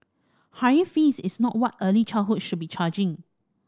high fees is not what early childhood should be charging